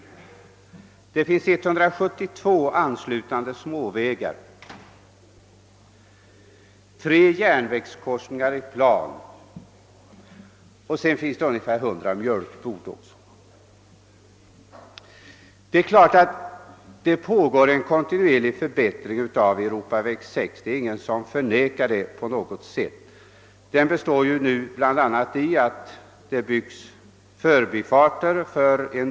Slutligen finns det 172 anslutande småvägar och tre järnvägskorsningar i plan samt ungefär 100 mjölkbord. Ingen förnekar att det pågår en kontinuerlig förbättring av Europaväg 6, som bl.a. består i att det vid en del samhällen byggs förbifarter.